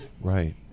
Right